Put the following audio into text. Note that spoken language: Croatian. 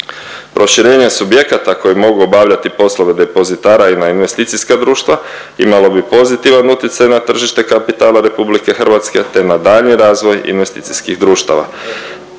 Proširenje subjekata koji mogu obavljati poslove depozitara i na investicijska društva imalo bi pozitivan utjecaj na tržište kapitala RH te na daljnji razvoj investicijskih društava.